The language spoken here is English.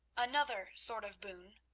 another sort of boon,